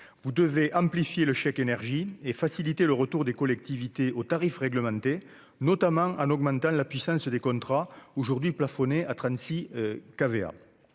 Vous devez amplifier le chèque énergie et faciliter le retour des collectivités aux tarifs réglementés, notamment en augmentant la puissance des contrats, qui sont aujourd'hui plafonnés à 36